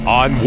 on